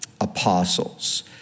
apostles